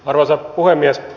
arvoisa puhemies